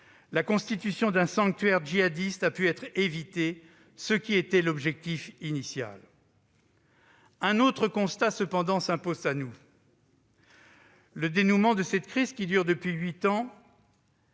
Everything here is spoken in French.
la constitution d'un sanctuaire djihadiste a pu être évitée, ce qui était l'objectif initial. Un autre constat, cependant, s'impose à nous : le dénouement de cette crise, qui dure depuis huit ans,